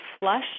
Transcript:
flush